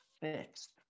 fixed